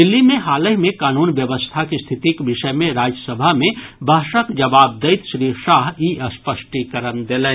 दिल्ली मे हालहि मे कानून व्यवस्थाक स्थितिक विषय मे राज्यसभा मे बहसक जवाब दैत श्री शाह ई स्पष्टीकरण देलनि